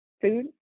food